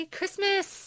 Christmas